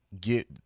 get